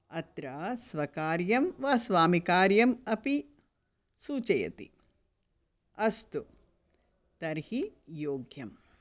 अत्र स्वकार्यं वा स्वामिकार्यम् अपि सूचयति अस्तु तर्हि योग्यम्